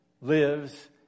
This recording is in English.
lives